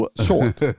Short